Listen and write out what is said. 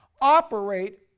operate